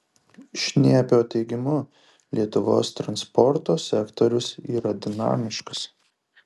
šniepio teigimu lietuvos transporto sektorius yra dinamiškas